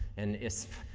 and itsp.